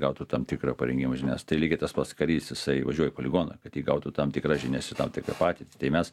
gautų tam tikrą parengimą žinias tai lygiai tas pats karys jisai važiuoja į poligoną kad įgautų tam tikras žinias ir tam tikrą patirtį tai mes